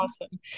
Awesome